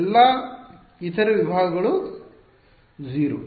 ಎಲ್ಲಾ ಇತರ ವಿಭಾಗಗಳು 0